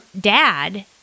Dad